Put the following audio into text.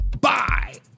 Bye